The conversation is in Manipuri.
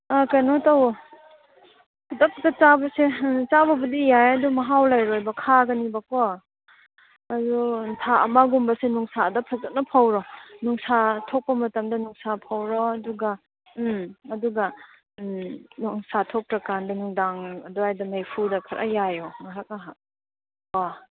ꯑ ꯀꯩꯅꯣ ꯇꯧꯋꯣ ꯈꯨꯗꯛꯇ ꯆꯥꯕꯁꯦ ꯆꯥꯕꯕꯨꯗꯤ ꯌꯥꯏꯌꯦ ꯑꯗꯣ ꯃꯍꯥꯎ ꯂꯩꯔꯣꯏꯕ ꯈꯥꯒꯅꯤꯕꯀꯣ ꯑꯗꯨ ꯊꯥ ꯑꯃꯒꯨꯝꯕꯁꯦ ꯅꯨꯡꯁꯥꯗ ꯐꯖꯅ ꯐꯧꯔꯣ ꯅꯨꯡꯁꯥ ꯊꯣꯛꯄ ꯃꯇꯝꯗ ꯅꯨꯡꯁꯥ ꯐꯧꯔꯣ ꯑꯗꯨꯒ ꯎꯝ ꯑꯗꯨꯒ ꯅꯨꯡꯁꯥ ꯊꯣꯛꯇ꯭ꯔꯀꯥꯟꯗ ꯅꯨꯡꯗꯥꯡ ꯑꯗ꯭ꯋꯥꯏꯗ ꯃꯩꯐꯨꯗ ꯈꯔ ꯌꯥꯏꯌꯣ ꯉꯥꯏꯍꯥꯛ ꯉꯥꯏꯍꯥꯛ ꯑ